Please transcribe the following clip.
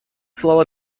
слово